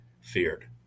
feared